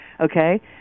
okay